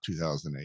2008